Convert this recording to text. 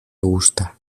gusta